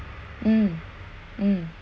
mm mm